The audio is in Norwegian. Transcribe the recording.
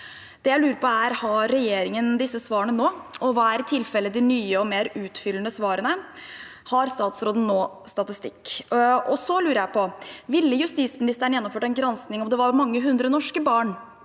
Har regjeringen disse svarene nå, og hva er i tilfellet de nye og mer utfyllende svarene? Har statsråden nå statistikk? Så lurer jeg på: Ville justisministeren gjennomført en gransking om det var mange hundre norske barn